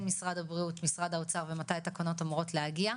משרד הבריאות למשרד האוצר ומתי התקנות אמורות להגיע,